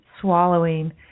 swallowing